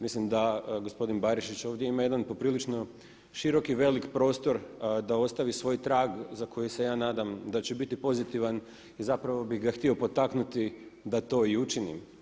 Mislim da gospodin Barišić ovdje ima jedan poprilično širok i veliki prostor da ostavi svoj trag za koji se ja nadam da će biti pozitivan i zapravo bih ga htio potaknuti da to i učinim.